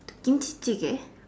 to